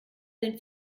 den